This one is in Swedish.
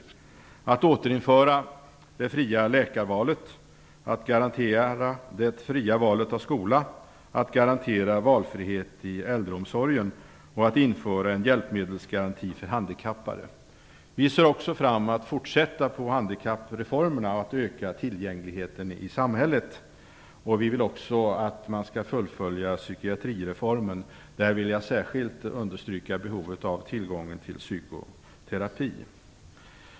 Vi vill återinföra det fria läkarvalet, garantera det fria valet av skola och garantera valfrihet i äldreomsorgen. Vi vill dessutom införa en hjälpmedelsgaranti för handikappade. Vi ser också fram emot att fortsätta på handikappreformerna och öka tillgängligheten i samhället. Vi vill att man skall fullfölja psykiatrireformen. Där vill jag särskilt understryka behovet av tillgång till psykoterapi.